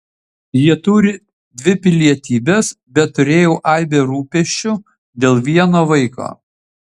jie turi dvi pilietybes bet turėjau aibę rūpesčių dėl vieno vaiko